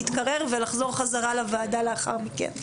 להתקרר ולחזור חזרה לוועדה לאחר מכן.